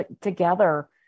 together